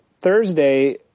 Thursday